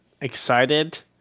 excited